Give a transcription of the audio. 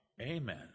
amen